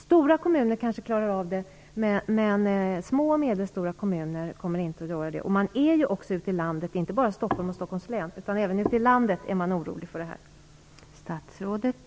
Stora kommuner klarar kanske av det, men små och medelstora kommuner kommer inte att göra det. Inte bara i Stockholms stad och i Stockholms län utan också ute i landet är man orolig i det avseendet.